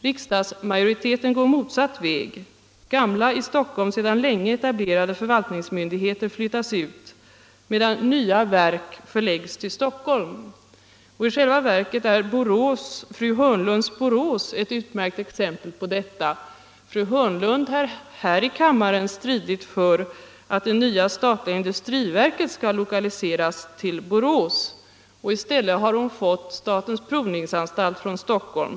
Riksdagsmajoriteten går motsatt väg. Gamla, i Stockholm sedan länge etablerade förvaltningsmyndigheter flyttas ut medan nya verk förläggs till Stockholm. I själva verket är fru Hörnlunds Borås ett utmärkt exempel på detta. Fru Hörnlund har här i kammaren stridit för att det nya statliga industriverket skall lokaliseras till Borås, och i stället har hon fått statens provningsanstalt från Stockholm.